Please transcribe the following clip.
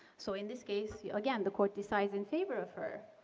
so in this case, yeah again, the court decides in favor of her.